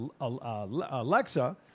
Alexa